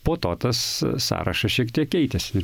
po to tas sąrašas šiek tiek keitėsi limfinio agnė